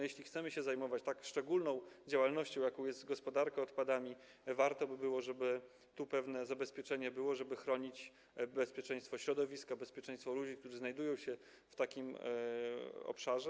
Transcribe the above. Jeśli chcemy się zajmować tak szczególną działalnością, jaką jest gospodarka odpadami, warto by było mieć tu pewne zabezpieczenie, żeby chronić, zapewnić bezpieczeństwo środowiska, bezpieczeństwo ludzi, którzy znajdują się na danym obszarze.